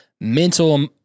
mental